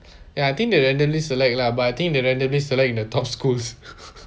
ya I think they randomly select lah but I think they randomly select in the top schools